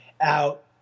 out